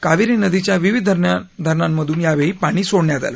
कावेरी नदीच्या विविध धरणांमधून यावेळी पाणी सोडयात आले